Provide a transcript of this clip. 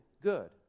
good